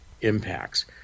impacts